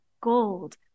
gold